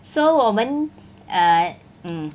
so 我们 err mm